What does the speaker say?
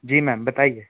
जी ma'am बताइए